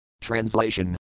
Translation